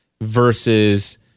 versus